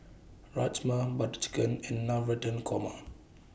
Rajma Butter Chicken and Navratan Korma